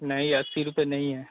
नहीं अस्सी रुपये नहीं है